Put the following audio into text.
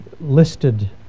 listed